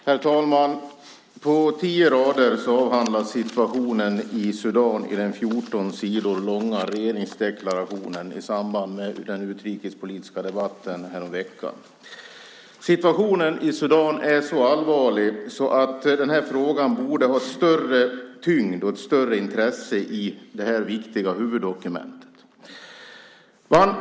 Herr talman! På tio rader avhandlades situationen i Sudan i den 14 sidor långa regeringsdeklarationen i samband med den utrikespolitiska debatten häromveckan. Situationen i Sudan är så allvarlig att frågan borde ha större tyngd och ges ett större intresse i det viktiga huvuddokumentet.